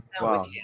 Wow